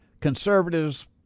conservatives